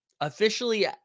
officially